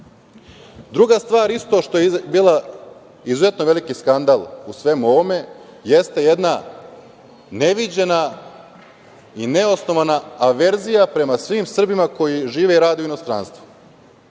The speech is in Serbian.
stvar koja je bila izuzetno veliki skandal u svemu ovome jeste jedna neviđena i neosnovana averzija prema svim Srbima koji žive i rade u inostranstvu.